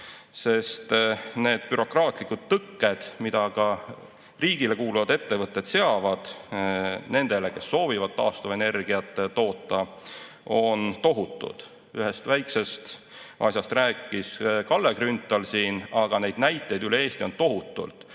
tuua. Need bürokraatlikud tõkked, mida ka riigile kuuluvad ettevõtted seavad nendele, kes soovivad taastuvenergiat toota, on tohutud. Ühest väikesest asjast rääkis siin Kalle Grünthal, aga neid näiteid üle Eesti on tohutult,